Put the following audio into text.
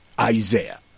Isaiah